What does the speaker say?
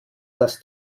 das